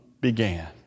began